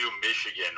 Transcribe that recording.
Michigan